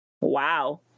Wow